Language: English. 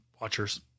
watchers